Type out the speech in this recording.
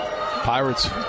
Pirates